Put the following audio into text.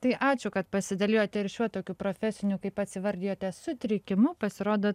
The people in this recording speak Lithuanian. tai ačiū kad pasidalijote ir šiuo tokiu profesiniu kaip pats įvardijote sutrikimu pasirodo